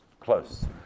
close